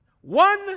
One